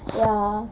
ya